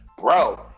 bro